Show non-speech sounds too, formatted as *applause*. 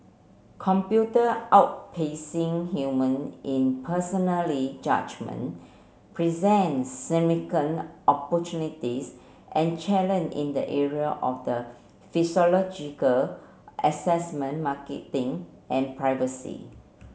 computer outpacing human in personally judgement presents *unintelligible* opportunities and *unintelligible* in the area of the *unintelligible* assessment marketing and privacy